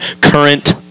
current